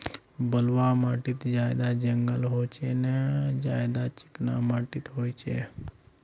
बलवाह माटित ज्यादा जंगल होचे ने ज्यादा चिकना माटित होचए?